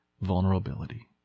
vulnerability